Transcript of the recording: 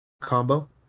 combo